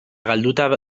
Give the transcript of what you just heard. galduta